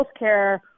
healthcare